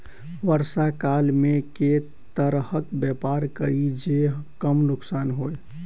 वर्षा काल मे केँ तरहक व्यापार करि जे कम नुकसान होइ?